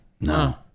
no